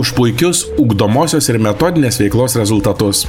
už puikius ugdomosios ir metodinės veiklos rezultatus